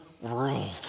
world